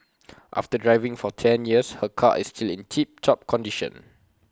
after driving for ten years her car is still in tip top condition